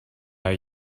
are